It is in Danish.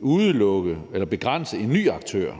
udelukke eller begrænse en ny aktør.